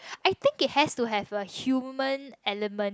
I think it has to have a human element